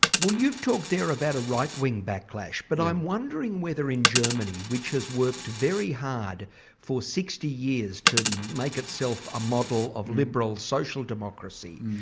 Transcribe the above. well you've talked there about a right-wing backlash. yes. but i'm wondering whether in germany, which has worked very hard for sixty years to make itself a model of liberal social democracy,